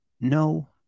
no